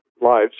lives